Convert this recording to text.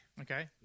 Okay